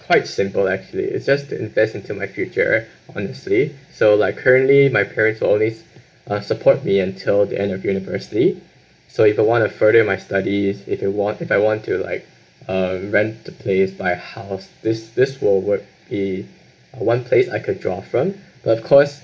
quite simple actually it's just to invest into my future honestly so like currently my parents always uh support me until the end of university so if I want to further my studies if you want if I want to like uh rent the place buy a house this this will work uh one place I could draw from but of course